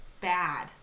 bad